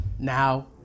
Now